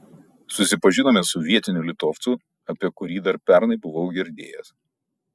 susipažinome su vietiniu litovcu apie kurį dar pernai buvau girdėjęs